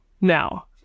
now